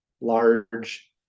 large